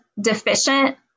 deficient